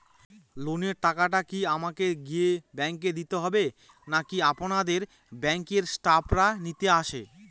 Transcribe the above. লোনের টাকাটি কি আমাকে গিয়ে ব্যাংক এ দিতে হবে নাকি আপনাদের ব্যাংক এর স্টাফরা নিতে আসে?